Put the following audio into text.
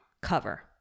cover